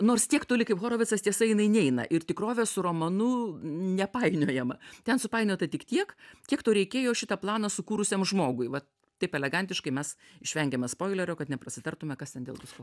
nors tiek toli kaip horovitsas tiesa jinai neina ir tikrovė su romanu nepainiojama ten supainiota tik tiek kiek to reikėjo šitą planą sukūrusiam žmogui vat taip elegantiškai mes išvengiame spoilerio kad neprasitartume kas ten dėl visko